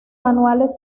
manuales